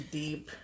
deep